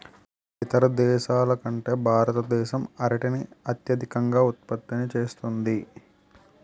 ఇతర దేశాల కంటే భారతదేశం అరటిని అత్యధికంగా ఉత్పత్తి చేస్తుంది